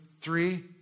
three